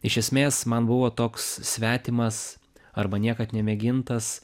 iš esmės man buvo toks svetimas arba niekad nemėgintas